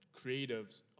creatives